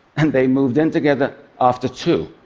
and they moved in together after two.